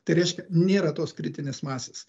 tai reiškia nėra tos kritinės masės